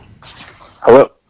Hello